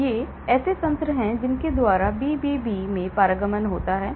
तो ये ऐसे तंत्र हैं जिनके द्वारा BBB में पारगमन होता है